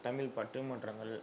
Tamil பட்டிமன்றங்கள்